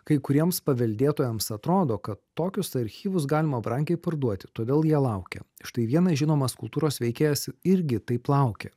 kai kuriems paveldėtojams atrodo kad tokius archyvus galima brangiai parduoti todėl jie laukia štai vienas žinomas kultūros veikėjas irgi taip laukia